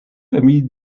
famille